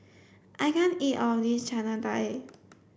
I can't eat all of this Chana Dal